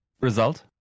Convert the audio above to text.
result